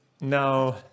now